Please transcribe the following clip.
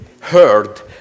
heard